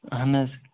اَہَن حظ